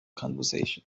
conversation